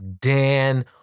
Dan